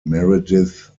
meredith